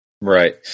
Right